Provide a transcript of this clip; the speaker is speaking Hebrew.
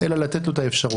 אלא לתת לו את האפשרות.